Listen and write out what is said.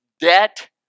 Debt